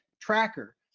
tracker